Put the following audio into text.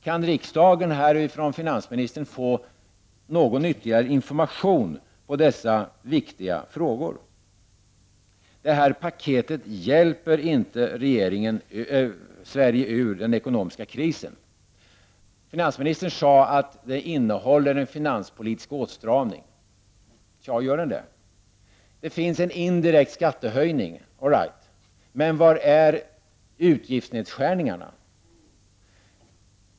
Kan riksdagen från finansministern få någon ytterligare information om dessa viktiga frågor? Detta paket hjälper inte Sverige ur den ekonomiska krisen. Finansministern sade att det innehåller en finanspolitisk åtstramning. Gör det verkligen det? Ja, det finns en indirekt skattehöjning, men var är utgiftsnedskärningarna?